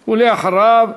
ולאחריו,